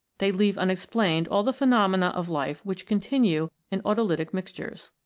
they leave unexplained all the phenomena of life which continue in autolytic mixtures.